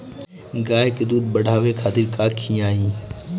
गाय के दूध बढ़ावे खातिर का खियायिं?